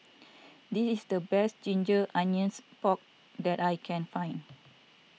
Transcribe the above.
this is the best Ginger Onions Pork that I can find